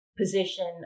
position